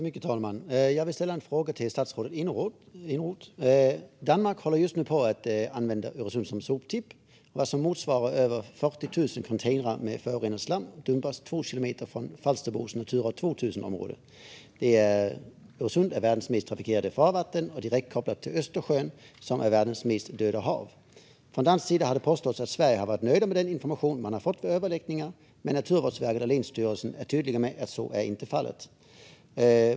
Fru talman! Jag vill ställa en fråga till statsrådet Eneroth. Danmark håller just nu på att använda Öresund som soptipp. Vad som motsvarar över 40 000 containrar med förorenat slam dumpas två kilometer från Falsterbos Natura 2000-område. Öresund är världens mest trafikerade farvatten och är direktkopplat till Östersjön, som är världens mest döda hav. Från dansk sida har det påståtts att man i Sverige varit nöjd med den information man fått vid överläggningar. Men Naturvårdsverket och länsstyrelsen är tydliga med att så inte är fallet.